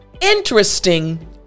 interesting